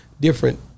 different